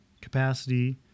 capacity